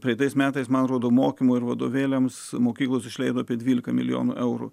praeitais metais man rodo mokymo ir vadovėliams mokyklos išleido apie dvylika milijonų eurų